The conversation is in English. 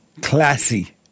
classy